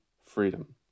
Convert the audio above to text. freedom